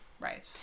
Right